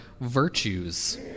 virtues